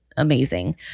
amazing